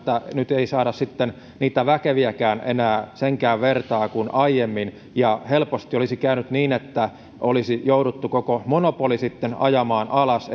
nyt ei saada sitten niitä väkeviäkään enää senkään vertaa kuin aiemmin ja helposti olisi käynyt niin että olisi jouduttu koko monopoli ajamaan alas